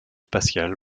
spatial